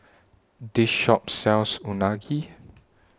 This Shop sells Unagi